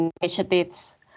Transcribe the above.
initiatives